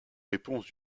réponses